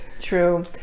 true